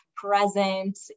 present